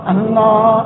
Allah